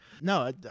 No